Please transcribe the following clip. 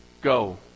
go